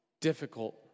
difficult